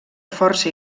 força